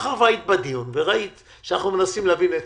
היית בדיון וראית שאנחנו מנסים להביא נתונים.